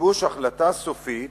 בגיבוש החלטה סופית